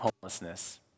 homelessness